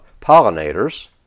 pollinators